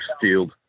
field